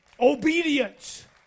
Obedience